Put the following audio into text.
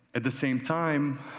at the same time,